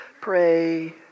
pray